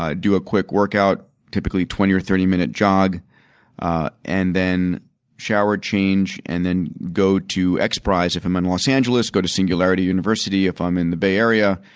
ah do a quick workout. typically, twenty or thirty minute job ah and then shower, change, and then go to x prize if i am in los angeles, go to singularity university if i am in the bay area,